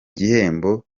gihembo